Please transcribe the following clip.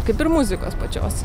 kaip ir muzikos pačios